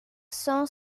cent